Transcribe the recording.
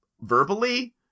verbally